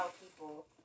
people